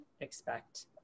expect